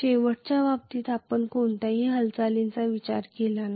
शेवटच्या बाबतीत आपण कोणत्याही हालचालींचा विचार केला नाही